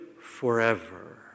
forever